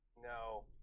No